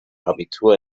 abitur